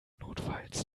notfalls